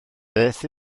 beth